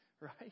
right